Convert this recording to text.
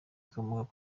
ikomoka